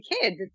kids